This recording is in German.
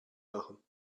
machen